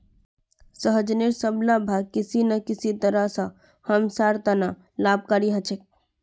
सहजनेर सब ला भाग किसी न किसी तरह स हमसार त न लाभकारी ह छेक